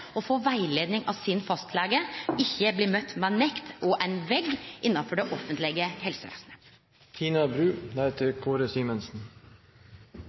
av fastlegen sin, og ikkje bli møtt med nekt og ein vegg innanfor det offentlege